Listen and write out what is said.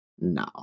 No